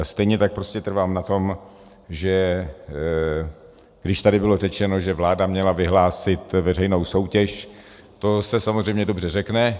Stejně tak prostě trvám na tom, že když tady bylo řečeno, že vláda měla vyhlásit veřejnou soutěž, to se samozřejmě dobře řekne.